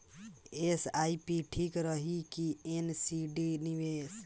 SIP ठीक रही कि एन.सी.डी निवेश?